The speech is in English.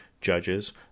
judges